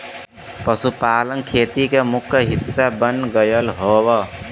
पशुपालन खेती के मुख्य हिस्सा बन गयल हौ